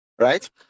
Right